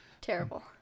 terrible